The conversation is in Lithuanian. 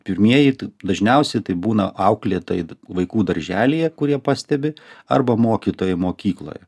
pirmieji dažniausiai tai būna auklė tai vaikų darželyje kurie pastebi arba mokytojai mokykloje